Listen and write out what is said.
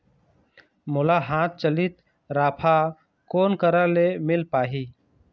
मोला हाथ चलित राफा कोन करा ले मिल पाही?